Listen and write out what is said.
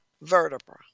vertebra